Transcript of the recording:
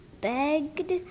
begged